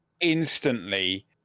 instantly